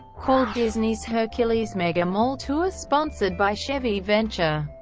called disney's hercules mega mall tour sponsored by chevy venture,